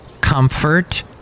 Comfort